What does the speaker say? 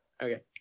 Okay